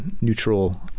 neutral